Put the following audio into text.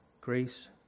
grace